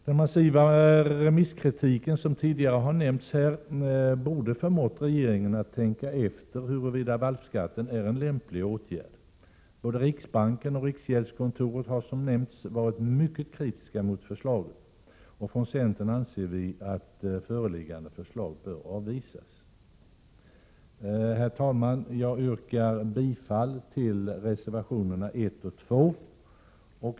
Den massiva kritiken från remissinstanserna som tidigare har nämnts här borde ha förmått regeringen att tänka efter huruvida valpskatten är en lämplig åtgärd. Både riksbanken och riksgäldskontoret har som nämnts varit mycket kritiska mot förslaget. Från centern anser vi att föreliggande förslag bör avvisas. Herr talman! Jag yrkar bifall till reservationerna 1 och 2.